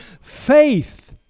faith